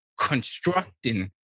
constructing